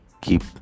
keep